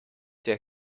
der